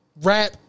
rap